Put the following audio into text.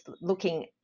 looking